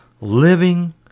living